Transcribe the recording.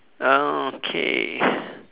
okay